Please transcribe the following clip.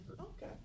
Okay